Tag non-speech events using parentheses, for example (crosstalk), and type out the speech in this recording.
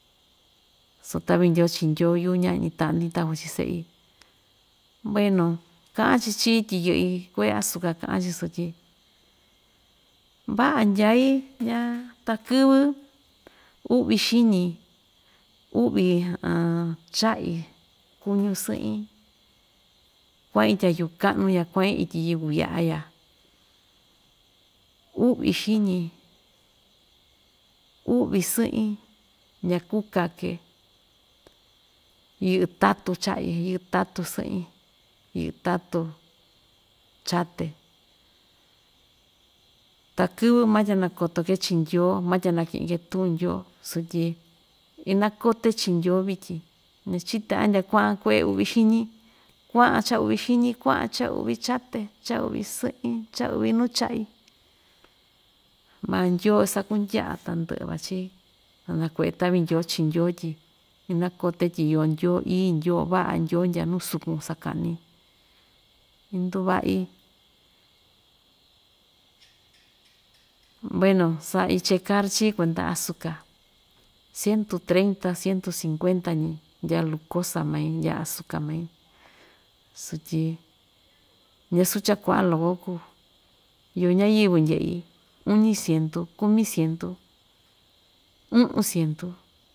Su ta'vi ndyoo chii ndyoo yu'u ña'ñi ta'a‑ndi takuan chi'in se'i bueno ka'an chi chií tyi yɨ'i kue'e azuka ka'an‑chi sotyi va'a ndyaí ñaa takɨvɨ u'vi xiñi u'vi (unintelligible) cha'i kuñu sɨɨn‑ii kua'in tya yuu ka'nu ya kua'in ityi yukuya'a ya u'vi xi'ñi u'vi sɨɨn‑ii ñakuu kakè yɨ'ɨ tatù cha'i yɨ'ɨ tatù sɨɨn‑ii yɨ'ɨ tatù chaté ta kɨvɨ matya nakotoke chii ndyoo matya naki'in‑ke tu'un ndyoo sutyi inakote chii ndyoo vityin ñachite andya kua'an kue'e u'vi xiñi, kua'an cha‑uvi xiñi kua'an cha‑u'vi chate cha‑u'vi sɨɨn‑ii cha‑u'vi nuu cha'i maa ndyoo isakundya'a tandɨ'ɨ van chií naku've ta'vi ndyoo chi ndyoo tyi inakote tyi iyo ndyoo ií ndyoo va'a ndyoo ndyaa nu sukun saka'ni induva'i bueno sa'i chekar chií kuenda azuka ciento treinta ciento cincuenta ñi ndyaa glucosa mai ndyaa azuka mai sutyi ñasuu cha‑kua'a loko kuu iyo ñayɨvɨ ndye'i uñi sientu kumi sientu u'un sientu.